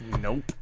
Nope